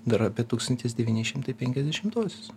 dar apie tūkstantis devyni šimtai penkiasdešimtuosius